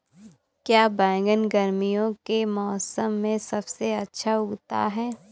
क्या बैगन गर्मियों के मौसम में सबसे अच्छा उगता है?